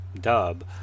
dub